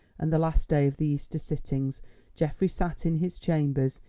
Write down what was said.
and the last day of the easter sittings geoffrey sat in his chambers,